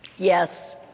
Yes